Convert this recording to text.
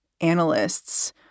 analysts